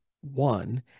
one